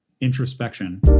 introspection